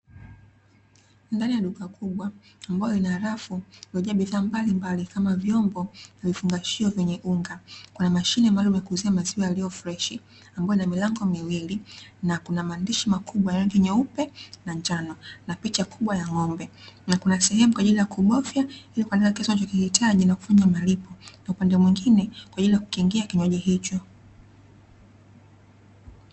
Ndani ya duka, kubwa ambalo lina rafu zilizojaa bidhaa mbalimbali kama: vyombo, vifungashio vyenye unga, kuna mashine maalumu ya kuuzia maziwa yaliyo freshi, ambayo ina milango miwili na kuna maandishi makubwa ya rangi nyeupe na ya njano, na picha kubwa ya ng'ombe na kuna sehemu kwa ajili ya kubofya ili kuandika kiasi unachokihitaji, na kufanya malipo na upande mwingine kwa ajili ya kukingia kinywaji hicho.